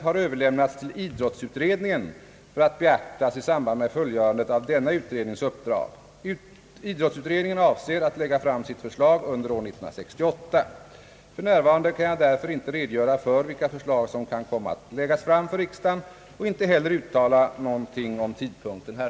Det kunde enligt utskottet förväntas, att den komme att prövas i samband med pågående översyn av vallagstiftningen dels genom 1965 års valtekniska utredning, dels genom den år 1966 tillsatta grundlagberedningen som ett led i arbetet på en total författningsreform.